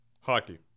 hockey